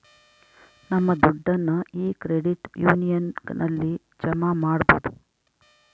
ನಮ್ ದುಡ್ಡನ್ನ ಈ ಕ್ರೆಡಿಟ್ ಯೂನಿಯನ್ ಅಲ್ಲಿ ಜಮಾ ಮಾಡ್ಬೋದು